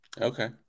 Okay